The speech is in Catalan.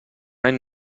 any